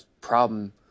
problem